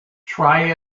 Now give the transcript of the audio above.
try